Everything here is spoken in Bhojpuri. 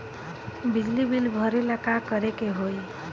बिजली बिल भरेला का करे के होई?